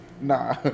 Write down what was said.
Nah